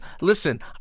Listen